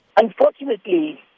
Unfortunately